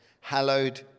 hallowed